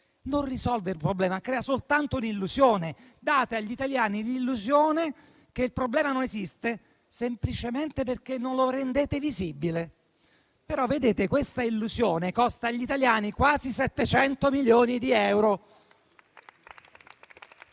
non risolve il problema, crea soltanto un'illusione: date agli italiani l'illusione che il problema non esista, semplicemente perché non lo rendete visibile; però, vedete, questa illusione costa agli italiani quasi 700 milioni di euro.